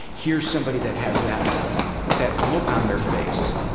here's somebody that has that that look on their face.